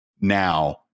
now